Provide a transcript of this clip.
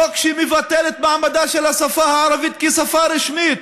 חוק שמבטל את מעמדה של השפה הערבית כשפה רשמית.